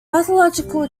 pathological